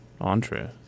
entree